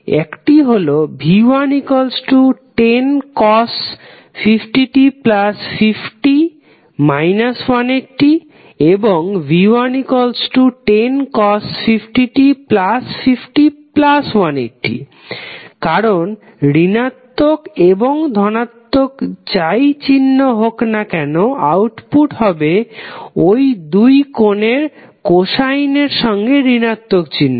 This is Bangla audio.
একটি হলো v1 1050t50 180 এবং v1 1050t50180 কারণ ঋণাত্মক এবং ধনাত্মক যাই চিহ্নই হোক না কেনো আউটপুট হবে ওই কোণের কোসাইন সঙ্গে ঋণাত্মক চিহ্ন